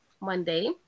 Monday